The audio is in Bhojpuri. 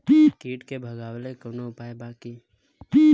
कीट के भगावेला कवनो उपाय बा की?